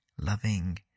loving